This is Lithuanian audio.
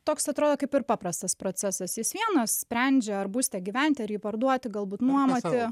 toks atrodo kaip ir paprastas procesas jis vienas sprendžia ar būste gyventi ar jį parduoti galbūt nuomoti